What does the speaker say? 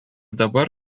dabar